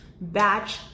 batch